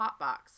hotbox